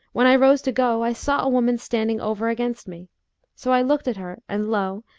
when i rose to go, i saw a woman standing over against me so i looked at her, and lo!